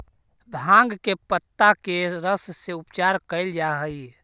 भाँग के पतत्ता के रस से उपचार कैल जा हइ